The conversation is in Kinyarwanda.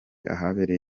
ahabereye